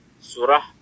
Surah